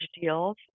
deals